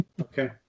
Okay